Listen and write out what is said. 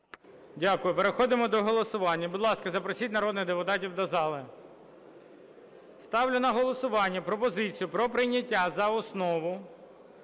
Дякую. Переходимо до голосування. Будь ласка, запросіть народних депутатів до зали. Ставлю на голосування пропозицію про прийняття за основу